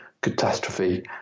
catastrophe